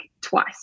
twice